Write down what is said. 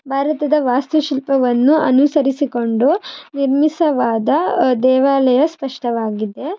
ಭಾರತದ ವಾಸ್ತುಶಿಲ್ಪವನ್ನು ಅನುಸರಿಸಿಕೊಂಡು ನಿರ್ಮಿತವಾದ ದೇವಾಲಯ ಸ್ಪಷ್ಟವಾಗಿದೆ